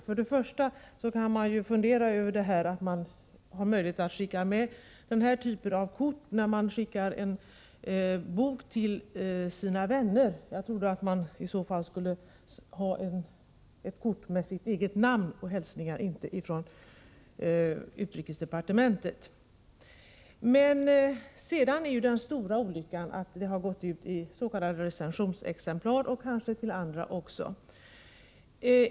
Först och främst kan man fundera över att det är möjligt att skicka med den här typen av kort när man skickar en bok till sina vänner. Jag tycker att man i så fall skulle ha ett kort med sitt eget namn och hälsningar, inte utrikesdepartementets. Men den stora olyckan är att boken gått ut i s.k. recensionsexemplar med detta kort bifogat, och kanske på annat sätt också.